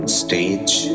stage